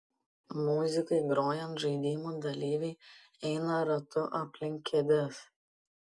muzikai grojant žaidimo dalyviai eina ratu aplink kėdes